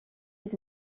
his